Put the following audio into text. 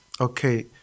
Okay